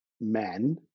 men